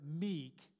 meek